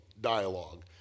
dialogue